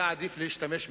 היה עדיף להשתמש בקונדום.